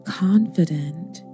confident